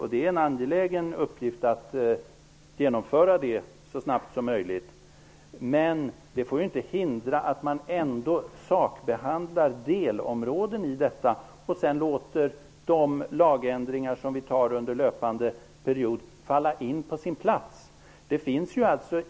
Det är en angelägen uppgift att genomföra det så snabbt som möjligt, men det får inte hindra att man sakbehandlar delområden. De lagändringar vi beslutar om under löpande period kan vi sedan låta falla in på sina platser.